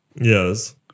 Yes